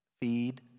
Feed